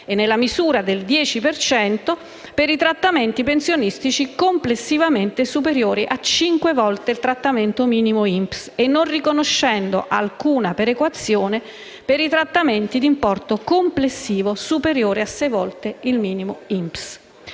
nella misura del 10 per cento per i trattamenti pensionistici complessivamente superiori a cinque volte il trattamento minimo INPS, e non riconoscendo alcuna perequazione per i trattamenti di importo complessivo superiore a sei volte il minimo INPS.